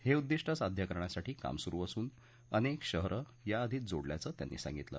हे उद्दिष्ट साध्य करण्यासाठी काम सुरु असून अनेक शहरं याआधीच जोडल्याचं त्यांनी सांगितलं